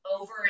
over